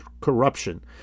corruption